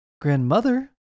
grandmother